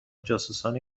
جاسوسان